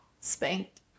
spanked